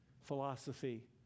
philosophy